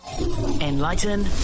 Enlighten